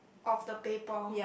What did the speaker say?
of the play ball